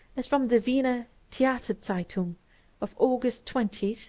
is from the wiener theaterzeitung of august twenty, twenty,